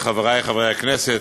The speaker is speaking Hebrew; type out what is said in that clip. חברי חברי הכנסת,